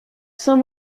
saint